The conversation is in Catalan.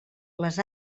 les